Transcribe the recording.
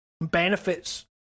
benefits